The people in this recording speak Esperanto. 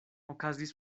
okazis